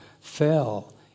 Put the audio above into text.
fell